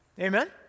Amen